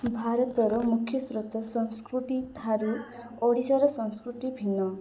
ଭାରତର ମୁଖ୍ୟସ୍ରୋତ ସଂସ୍କୃତିଠାରୁ ଓଡ଼ିଶାର ସଂସ୍କୃତି ଭିନ୍ନ